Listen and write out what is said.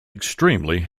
extremely